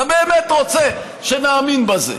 אתה באמת רוצה שנאמין בזה?